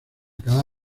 cada